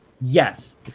yes